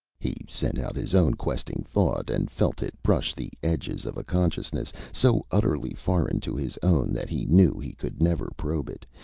he sent out his own questing thought and felt it brush the edges of a consciousness so utterly foreign to his own that he knew he could never probe it,